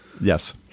Yes